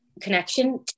connection